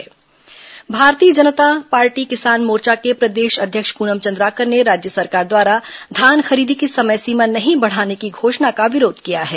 भाजपा धान खरीदी ज्ञापन भारतीय जनता पार्टी किसान मोर्चा के प्रदेश अध्यक्ष पूनम चंद्राकर ने राज्य सरकार द्वारा धान खरीदी की समय सीमा नहीं बढ़ाने की घोषणा का विरोध किया है